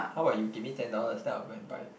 how about you give me ten dollars then I'll go and buy